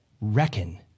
reckon